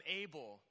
able